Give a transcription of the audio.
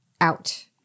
out